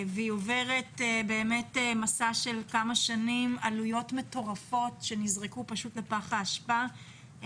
והיא עוברת מסע של כמה שנים עם עלויות מטורפות שנזרקו פשוט לפח האשפה.